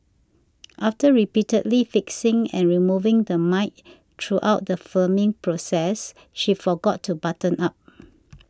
after repeatedly fixing and removing the mic throughout the filming process she forgot to button up